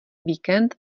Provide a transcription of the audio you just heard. víkend